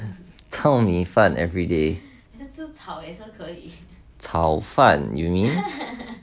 糙米饭 everyday 炒饭 you mean